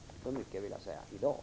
Så mycket vill jag säga i dag.